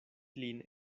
lin